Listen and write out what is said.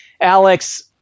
Alex